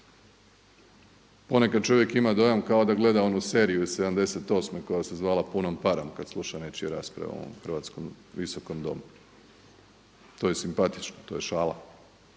Ponekad čovjek ima dojam kao da gleda onu seriju iz '78. koja se zvala „Punom parom“ kad sluša nečiju raspravu u ovom hrvatskom Visokom domu, to je simpatično, to je šala.